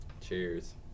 Cheers